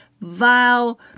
vile